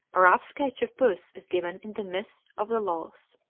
a rough sketch of puss is given in the mss. of the laws.